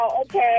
okay